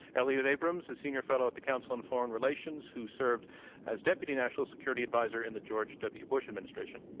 elliot abrams, a senior fellow at the council on foreign relations, who served as deputy national security adviser in the george w. bush administration.